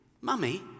Mummy